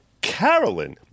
Carolyn